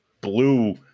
blue